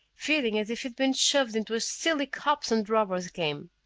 feeling as if he'd been shoved into a silly cops-and-robbers game.